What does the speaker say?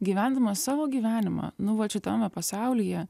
gyvendamas savo gyvenimą nu vat šitam va pasaulyje